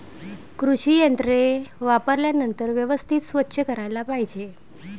कृषी यंत्रे वापरल्यानंतर व्यवस्थित स्वच्छ करायला पाहिजे